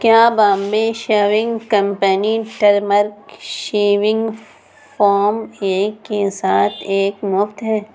کیا Bombay shaving company turmeric shaving foam ایک کے ساتھ ایک مفت ہے